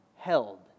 held